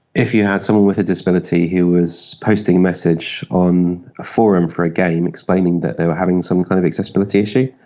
if you had someone with a disability who was posting a message on a forum for a game explaining that they were having some kind of accessibility issue,